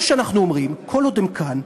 או שאנחנו אומרים: כל עוד הם כאן,